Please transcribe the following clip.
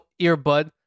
earbud